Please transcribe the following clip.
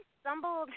stumbled